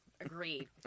Agreed